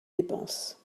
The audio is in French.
dépenses